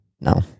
No